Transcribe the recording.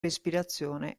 respirazione